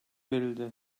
verildi